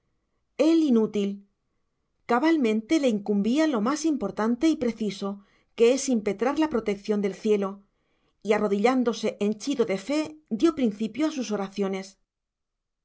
él inútil cabalmente le incumbía lo más importante y preciso que es impetrar la protección del cielo y arrodillándose henchido de fe dio principio a sus oraciones